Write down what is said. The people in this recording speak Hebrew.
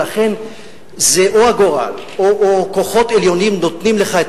ולכן זה או הגורל או כוחות עליונים נותנים לך את